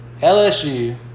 LSU